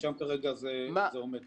ושם זה עומד כרגע.